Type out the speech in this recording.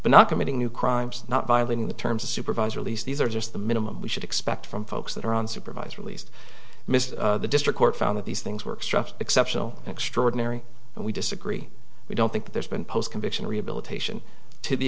but not committing new crimes not violating the terms of supervise release these are just the minimum we should expect from folks that are on supervised release mr district court found that these things work structure exceptional extraordinary and we disagree we don't think that there's been post conviction rehabilitation to the